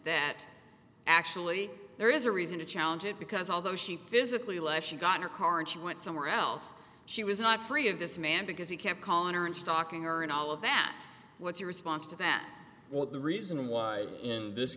that actually there is a reason to challenge it because although she physically less she got her car and she went somewhere else she was not free of this man because he kept calling aren't talking or and all of that what's your response to that what the reason why in this